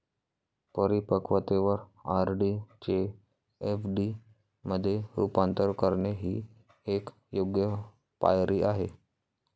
परिपक्वतेवर आर.डी चे एफ.डी मध्ये रूपांतर करणे ही एक योग्य पायरी आहे